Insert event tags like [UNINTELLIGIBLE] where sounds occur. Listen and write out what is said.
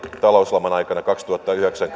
talouslaman aikana kaksituhattayhdeksän [UNINTELLIGIBLE]